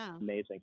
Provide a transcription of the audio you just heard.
Amazing